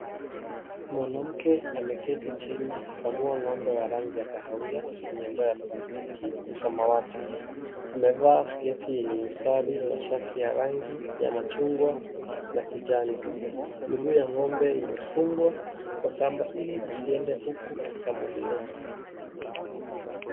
Mwanamke ameketi chini akikamua ng'ombe wa rangi ya kahawia, kwenye ndoo ya plastiki ya samawati. Amevaa sketi yenye mistari na shati ya rangi ya machungwa na kijani. Miguu ya ng'ombe imefungwa kwa kamba ili asiende huku akikamuliwa.